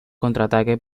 contraataque